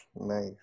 Nice